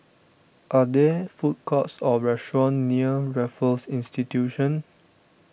are there food courts or restaurants near Raffles Institution